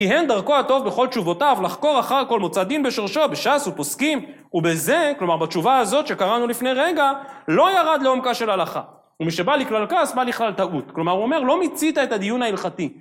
כי הן דרכו הטוב בכל תשובותיו לחקור אחר כל מוצא דין בשרשו בש"ס ופוסקים, ובזה - כלומר בתשובה הזאת שקראנו לפני רגע - לא ירד לעומקה של הלכה. ומשבא לכלל כעס בא לכלל טעות כלומר הוא אומר - לא מיצית את הדיון ההלכתי